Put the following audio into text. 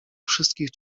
wszystkich